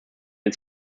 den